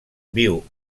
viu